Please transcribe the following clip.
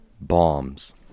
Bombs